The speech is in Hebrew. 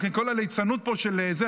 גם כל הליצנות פה של זה,